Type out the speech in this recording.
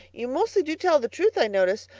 you mostly do tell the truth, i notice.